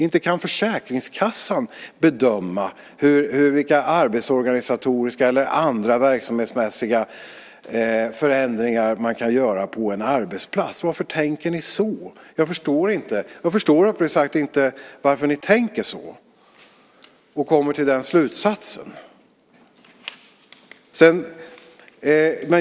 Inte kan Försäkringskassan bedöma vilka arbetsorganisatoriska eller andra verksamhetsmässiga förändringar som kan göras på en arbetsplats. Varför tänker ni så? Uppriktigt sagt förstår jag inte varför ni tänker så och kommer till den slutsatsen.